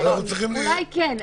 אולי כן.